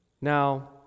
Now